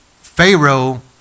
pharaoh